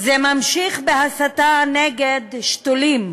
זה ממשיך בהסתה נגד "שתולים"